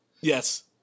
Yes